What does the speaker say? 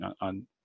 on